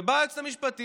ובאה היועצת המשפטית,